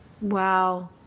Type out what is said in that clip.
Wow